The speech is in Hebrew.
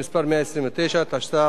התשע"ב 2012,